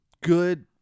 Good